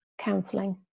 counselling